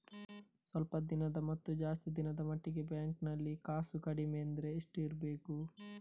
ಸ್ವಲ್ಪ ದಿನದ ಮತ್ತು ಜಾಸ್ತಿ ದಿನದ ಮಟ್ಟಿಗೆ ಬ್ಯಾಂಕ್ ನಲ್ಲಿ ಕಾಸು ಕಡಿಮೆ ಅಂದ್ರೆ ಎಷ್ಟು ಇಡಬೇಕು?